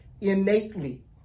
innately